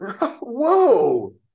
Whoa